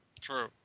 True